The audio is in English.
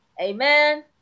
Amen